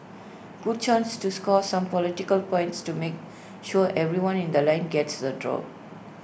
good chance to score some political points to make sure everyone in The Line gets the doll